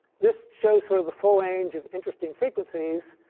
this shows sort of the full range of interesting frequencies.